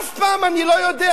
אף פעם אני לא יודע,